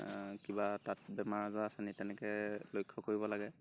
কিবা তাত বেমাৰ আজাৰ আছে নেকি তেনেকৈ লক্ষ্য় কৰিব লাগে